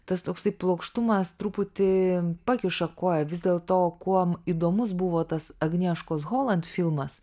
tas toksai plokštumas truputį pakiša koją vis dėl to o kuom įdomus buvo tas agnieškos holand filmas